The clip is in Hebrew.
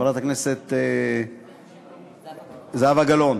זהבה גלאון,